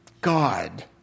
God